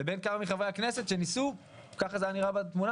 לבין כמה מחברי הכנסת שניסו ככה זה היה נראה לפחות,